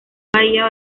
bahía